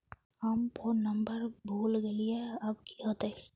हम pin number भूल गलिऐ अब की होते?